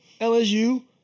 LSU